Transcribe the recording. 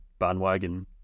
bandwagon